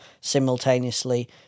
simultaneously